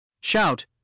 Shout